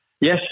Yes